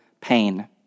pain